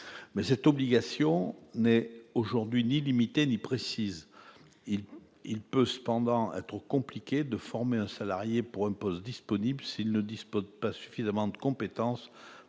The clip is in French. mais cette obligation n'est aujourd'hui ni limitée ni précise. Il peut cependant être compliqué de former un salarié pour un poste disponible s'il ne dispose pas de suffisamment de compétences